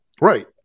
right